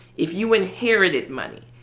if you inherited money,